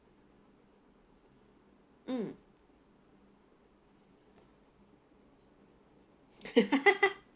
mm